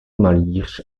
malíř